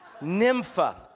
Nympha